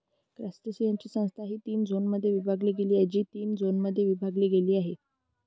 क्रस्टेशियन्सची संस्था तीन झोनमध्ये विभागली गेली आहे, जी तीन झोनमध्ये विभागली गेली आहे